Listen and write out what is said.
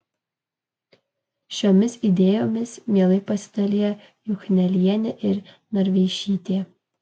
šiomis idėjomis mielai pasidalija juchnelienė ir narveišytė